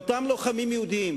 אותם לוחמים יהודים